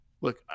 Look